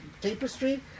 tapestry